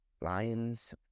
Lions